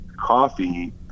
coffee